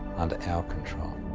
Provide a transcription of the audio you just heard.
under our control.